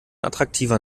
attraktiver